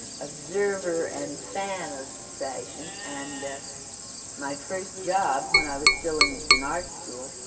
observer and fan of fashion, and my first job, when i was still in in art school,